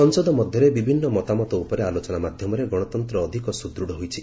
ସଂସଦ ମଧ୍ୟରେ ବିଭିନ୍ନ ମତାମତ ଉପରେ ଆଲୋଚନା ମାଧ୍ୟମରେ ଗଣତନ୍ତ୍ର ଅଧିକ ସୁଦୃଢ଼ ହୋଇଛି